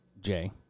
Jay